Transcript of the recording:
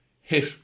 hit